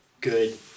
good